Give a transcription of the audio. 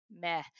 meh